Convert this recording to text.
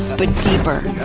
but deeper,